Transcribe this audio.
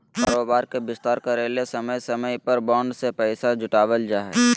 कारोबार के विस्तार करय ले समय समय पर बॉन्ड से पैसा जुटावल जा हइ